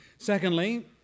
Secondly